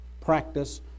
practice